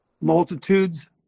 Multitudes